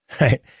Right